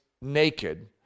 naked